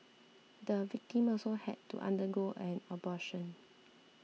the victim also had to undergo an abortion